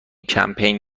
کمپین